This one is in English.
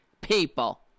people